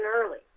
early